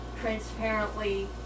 transparently